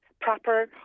proper